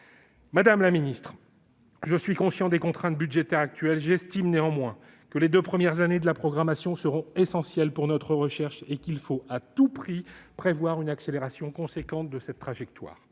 Madame la ministre, je suis conscient des contraintes budgétaires actuelles. J'estime néanmoins que les deux premières années de la programmation seront essentielles pour notre recherche, et qu'il faut à tout prix prévoir une accélération considérable de cette trajectoire.